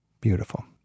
Beautiful